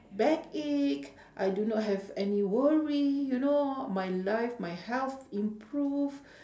backache I do not have any worry you know my life my health improve